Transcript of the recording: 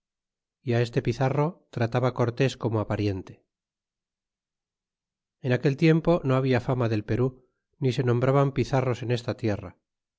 y á este pizarro trataba cortés como á pariente en aquel tiempo no habia fama del perú ni se nombraban pizarros en esta tierra